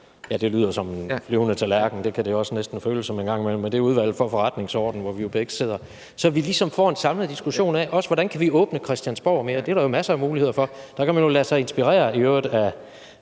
ja, det lyder jo som en flyvende tallerken, og det kan det en gang imellem næsten føles som, men det er Udvalget for Forretningsordenen, hvor vi jo begge sidder – så vi ligesom får en samlet diskussion af, hvordan vi kan åbne Christiansborg mere. Det er der jo masser af muligheder for. Der kan man jo i øvrigt lade sig inspirere af